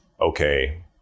okay